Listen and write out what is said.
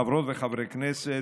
חברות וחברי כנסת,